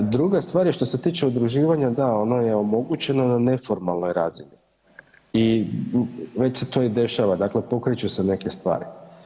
Druga stvar je što se tiče udruživanja, da ono je omogućeno na neformalnoj razini i već se to i dešava, dakle pokreću se neke stvari.